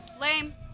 Lame